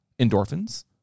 endorphins